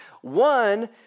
One